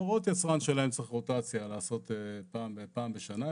בהוראות היצרן שלהם צריך רוטציה, לעשות פעם בשנה.